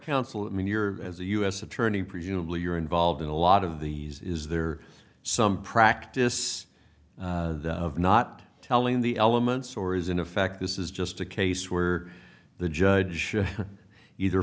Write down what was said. counsel i mean you're as a u s attorney presumably you're involved in a lot of these is there some practice of not telling the elements or is in effect this is just a case where the judge either